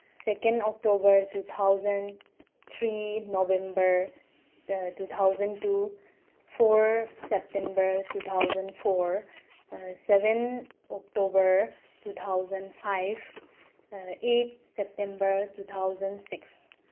second October two thousand three November two thousand two four September two thousand four seven October two thousand five eight September two thousand six